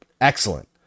excellent